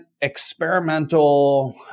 experimental